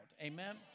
Amen